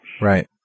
Right